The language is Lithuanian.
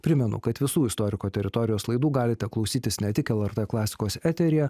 primenu kad visų istoriko teritorijos laidų galite klausytis ne tik lrt klasikos eteryje